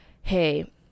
hey